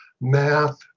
math